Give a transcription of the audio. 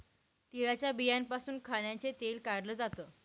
तिळाच्या बियांपासून खाण्याचं तेल काढल जात